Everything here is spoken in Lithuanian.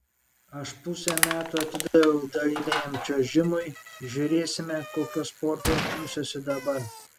aš pusę metų atidaviau dailiajam čiuožimui žiūrėsime kokio sporto imsiuosi dabar